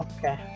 Okay